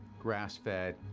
grass-fed,